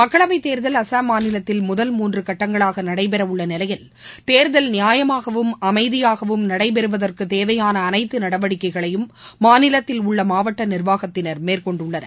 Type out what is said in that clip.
மக்களவைத்தேர்தல் அஸ்ஸாம் மாநிலத்தில் முதல் மூன்றுகட்டங்களாகநடைபெறவுள்ளநிலையில் தேர்தல் நியாயமாகவும் அமைதியாகவும் நடைபெறுவதற்குதேவையானஅனைத்துநடவடிக்கைகளையும் மாநிலத்தில் உள்ளமாவட்டநிர்வாகத்தினர் மேற்கொண்டுள்ளனர்